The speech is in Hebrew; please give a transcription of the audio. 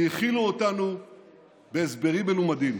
האכילו אותנו בהסברים מלומדים.